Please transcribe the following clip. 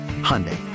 Hyundai